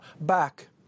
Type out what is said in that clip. back